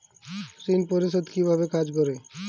ঋণ পরিশোধ কিভাবে কাজ করে?